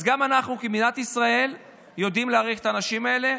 אז גם אנחנו במדינת ישראל יודעים להעריך את האנשים האלה.